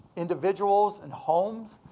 individuals and homes.